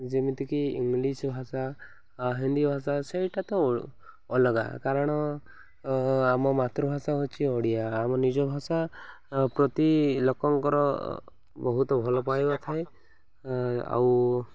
ଯେମିତିକି ଇଂଲିଶ୍ ଭାଷା ହିନ୍ଦୀ ଭାଷା ସେଇଟା ତ ଅଲଗା କାରଣ ଆମ ମାତୃଭାଷା ହେଉଛି ଓଡ଼ିଆ ଆମ ନିଜ ଭାଷା ପ୍ରତି ଲୋକଙ୍କର ବହୁତ ଭଲ ପାଇବା ଥାଏ ଆଉ